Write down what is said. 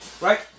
Right